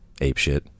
apeshit